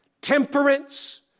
temperance